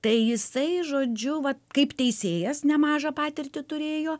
tai jisai žodžiu vat kaip teisėjas nemažą patirtį turėjo